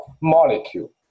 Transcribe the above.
molecule